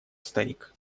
старик